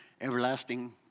Everlasting